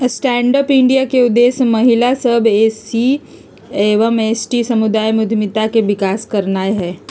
stand up India के उद्देश्य महिला सभ, एस.सी एवं एस.टी समुदाय में उद्यमिता के विकास करनाइ हइ